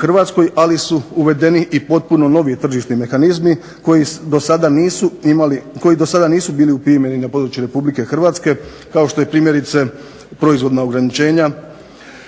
Hrvatskoj, ali su uvedeni i potpuno novi tržišni mehanizmi koji do sada nisu bili …/Govornik se ne razumije./… na području Republike Hrvatske kao što je primjerice proizvodna ograničenja,